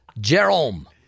Jerome